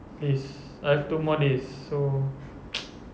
please I have two more days so